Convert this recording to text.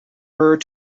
her